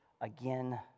again